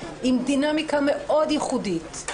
עם דינמיקה ייחודית מאוד,